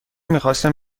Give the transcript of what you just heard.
میخواستم